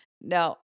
Now